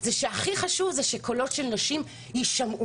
זה שהכי חשוב זה שקולות של נשים יישמעו.